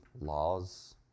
laws